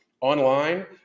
online